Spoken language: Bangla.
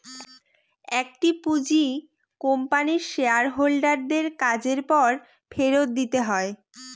একটি পুঁজি কোম্পানির শেয়ার হোল্ডার দের কাজের পর ফেরত দিতে হয়